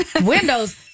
windows